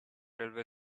railway